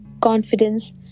Confidence